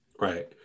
Right